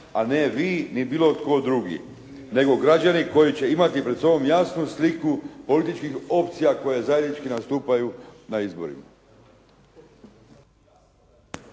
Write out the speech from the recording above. a ne vi niti bilo tko drugi, nego građani koji će imati pred sobom jasnu sliku političkih opcija koje zajednički nastupaju na izborima.